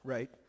Right